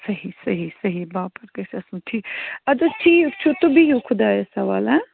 صحیح صحیح صحیح باپار گژھِ آسُن ٹھیٖک اَدٕ حظ ٹھیٖک چھُ تہٕ بِہِو خُدایَس حوالہٕ ہہ